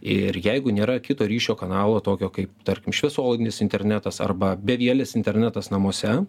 ir jeigu nėra kito ryšio kanalo tokio kaip tarkim šviesolaidinis internetas arba bevielis internetas namuose